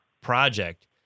project